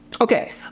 Okay